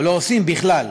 או לא עושים בכלל,